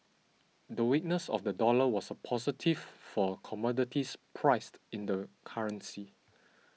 the weakness of the dollar was a positive for commodities priced in the currency